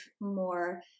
more